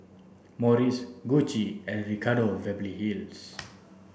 Morries Gucci and Ricardo Beverly Hills